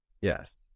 Yes